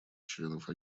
членов